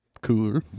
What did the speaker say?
Cool